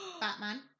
Batman